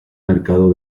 mercado